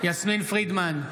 יסמין פרידמן,